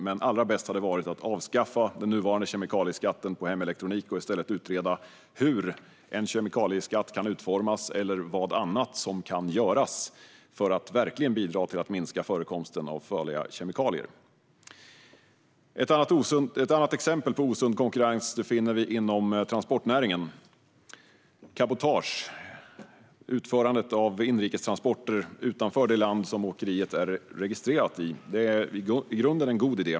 Men allra bäst hade det varit att avskaffa den nuvarande kemikalieskatten på hemelektronik och i stället utreda hur en kemikalieskatt kan utformas, eller vad som i övrigt kan göras för att verkligen bidra till att minska förekomsten av farliga kemikalier. Ett annat exempel på osund konkurrens finner vi inom transportnäringen. Cabotage innebär utförande av inrikes transporter utanför det land som åkeriet är registrerat i. Det är i grunden en god idé.